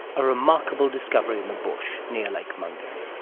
a remarkable discovery in the bush near lake mungo.